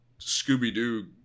Scooby-Doo